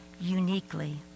uniquely